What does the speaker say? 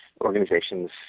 organizations